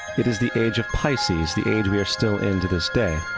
it is the age of pisces, the age we are still in to this day.